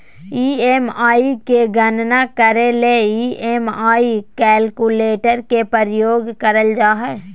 EMI के गणना करे ले ई.एम.आई कैलकुलेटर के प्रयोग करल जा हय